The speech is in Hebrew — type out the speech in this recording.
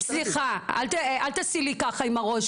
אל תעשי לי ככה עם הראש,